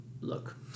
look